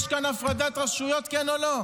יש כאן הפרדת רשויות, כן או לא?